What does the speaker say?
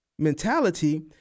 mentality